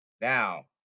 Now